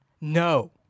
No